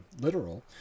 literal